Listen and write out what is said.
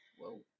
Whoa